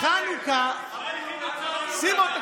סימון,